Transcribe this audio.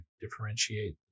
differentiate